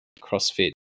CrossFit